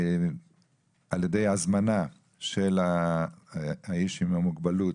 על ידי הזמנה של האיש עם המוגבלות,